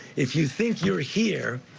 if you think you're here,